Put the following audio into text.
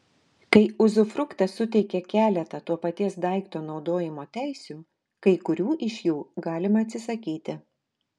kai uzufruktas suteikia keletą to paties daikto naudojimo teisių kai kurių iš jų galima atsisakyti